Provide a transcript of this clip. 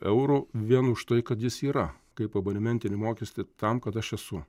eurų vien už tai kad jis yra kaip abonementinį mokestį tam kad aš esu